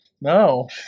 No